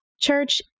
Church